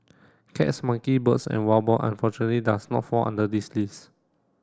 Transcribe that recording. cats monkey birds and wild boar unfortunately does not fall under this list